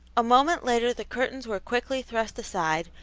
a moment later the curtains were quickly thrust aside,